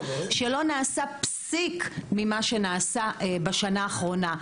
שלא נעשה פסיק ממה שנעשה בשנה האחרונה.